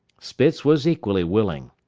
spitz was equally willing.